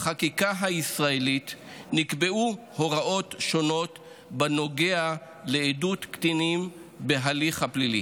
נקבעו בחקיקה הישראלית הוראות שונות בנוגע לעדות קטינים בהליך הפלילי